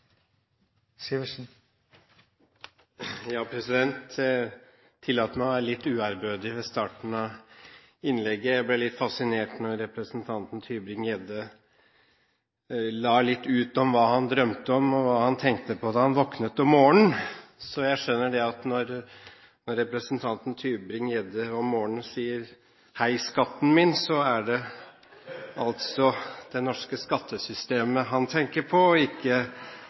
Jeg tillater meg å være litt uærbødig ved starten av innlegget. Jeg ble litt fascinert da representanten Tybring-Gjedde la litt ut om hva han drømte om, og hva han tenkte på da han våknet om morgenen. Jeg skjønner at når representanten Tybring-Gjedde om morgenen sier hei, skatten min, er det altså det norske skattesystemet han tenker på, og ikke